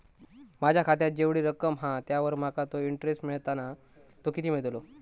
माझ्या खात्यात जेवढी रक्कम हा त्यावर माका तो इंटरेस्ट मिळता ना तो किती मिळतलो?